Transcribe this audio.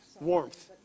warmth